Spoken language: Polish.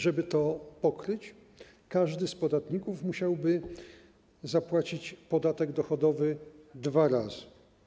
Żeby to pokryć, każdy z podatników musiałby zapłacić podatek dochodowy dwa razy.